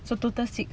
so total six